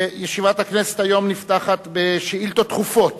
ישיבת הכנסת היום נפתחת בשאילתות דחופות.